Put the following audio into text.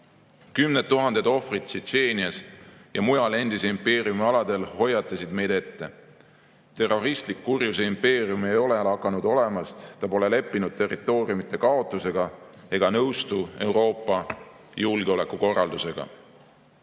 Kümned tuhanded ohvrid Tšetšeenias ja mujal endise impeeriumi aladel hoiatasid meid ette: terroristlik kurjuse impeerium ei ole lakanud olemast, ta pole leppinud territooriumide kaotusega ega nõustu Euroopa julgeolekukorraldusega.Me